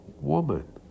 woman